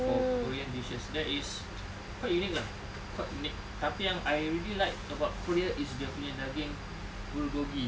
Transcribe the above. for korean dishes that is quite unique lah quite unique tapi yang I really like about korea is dia punya daging bulgogi